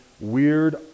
weird